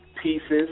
Pieces